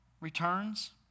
returns